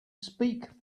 speak